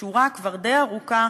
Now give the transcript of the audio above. לשורה די ארוכה